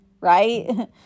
right